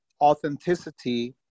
authenticity